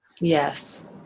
Yes